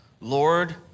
Lord